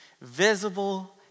visible